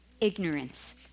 ignorance